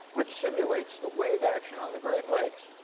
which simulates the wave action on the great lakes.